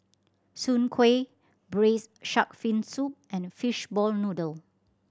soon kway Braised Shark Fin Soup and fishball noodle